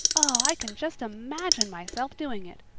i can just imagine myself doing it.